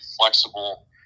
flexible